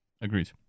Agreed